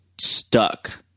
stuck